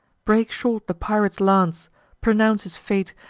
break short the pirate's lance pronounce his fate,